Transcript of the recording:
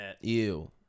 Ew